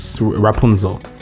Rapunzel